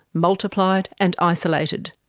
multiplied and isolated.